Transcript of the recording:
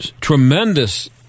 tremendous